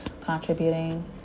contributing